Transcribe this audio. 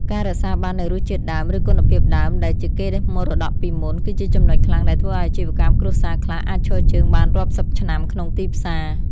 ការរក្សាបាននូវរសជាតិដើម ឬគុណភាពដើមដែលជាកេរមរតកពីមុន គឺជាចំណុចខ្លាំងដែលធ្វើឱ្យអាជីវកម្មគ្រួសារខ្លះអាចឈរជើងបានរាប់សិបឆ្នាំក្នុងទីផ្សារ។